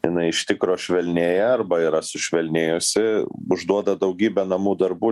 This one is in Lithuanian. jinai iš tikro švelnėja arba yra sušvelnėjusi užduoda daugybę namų darbų